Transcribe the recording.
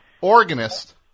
Organist